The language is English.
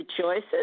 choices